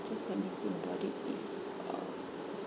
just let me think about it if uh